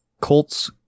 Colt's